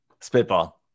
Spitball